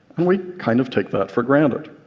and we kind of take that for granted.